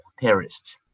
terrorists